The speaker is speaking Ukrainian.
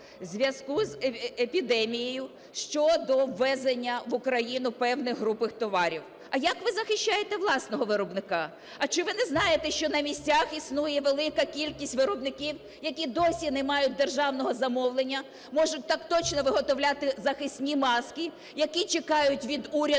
зв'язку з епідемією щодо ввезення в Україну певних груп товарів. А як ви захищаєте власного виробника? А чи ви не знаєте, що на місцях існує велика кількість виробників, які досі не мають державного замовлення, можуть так точно виготовляти захисні маски, які чекають від уряду